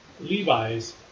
Levi's